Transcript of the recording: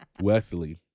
Wesley